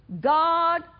God